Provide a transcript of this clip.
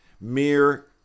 Mere